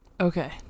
Okay